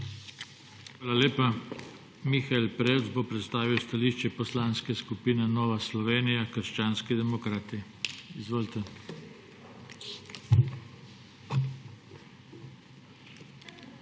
Hvala lepa. Mihael Prevc bo predstavil stališče Poslanske skupine Nova Slovenija – krščanski demokrati. Izvolite. MIHAEL